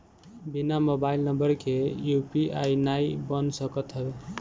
बिना mobile number के UPI नाइ बन सकत हवे